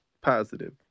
positive